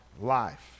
life